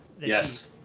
Yes